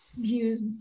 views